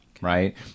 Right